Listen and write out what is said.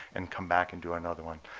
and come back and do another one.